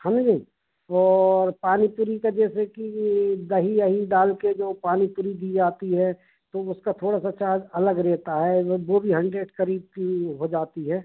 है ना जी और पानी पूरी का जैसे कि दही अही डाल कर जो पानी पुरी दी जाती है तो उसका थोड़ा सा चार्ज अलग रहता है वो वो भी हंड्रेड करीब की हो जाती है